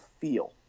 feel